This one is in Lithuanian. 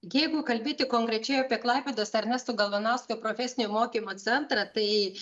jeigu kalbėti konkrečiai apie klaipėdos ernesto galvanausko profesinio mokymo centrą tai